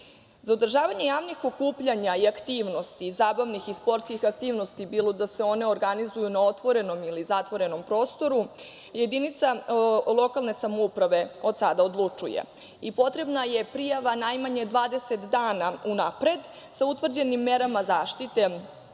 održavanje javnih okupljanja i aktivnosti, zabavnih i sportskih aktivnosti, bilo da se one organizuju na otvorenom ili zatvorenom prostoru, jedinica lokalne samouprave od sada odlučuje i potrebna je prijava najmanje 20 dana unapred sa utvrđenim merama zaštite